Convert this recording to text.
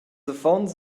affons